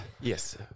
Yes